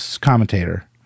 commentator